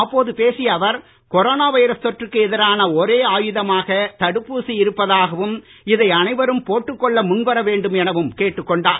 அப்போது பேசிய அவர் கொரோனா வைரஸ் தொற்றுக்கு எதிரான ஒரே ஆயுதமாக தடுப்பூசி இருப்பதாகவும் இதை அனைவரும் போட்டுக் கொள்ள முன் வரவேண்டும் எனவும் கேட்டுக் கொண்டார்